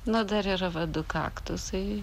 na dar yra va du kaktusai